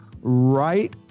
right